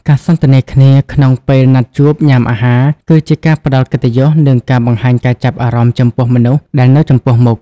ការសន្ទនាគ្នាក្នុងពេលណាត់ជួបញ៉ាំអាហារ គឺជាការផ្ដល់កិត្តិយស និងការបង្ហាញការចាប់អារម្មណ៍ចំពោះមនុស្សដែលនៅចំពោះមុខ។